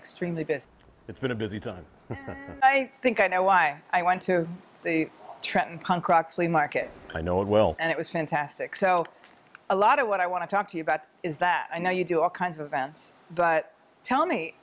extremely busy it's been a busy time i think i know why i went to the trenton punk rock flea market i know it well and it was fantastic so a lot of what i want to talk to you about is that i know you do all kinds of events but t